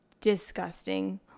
disgusting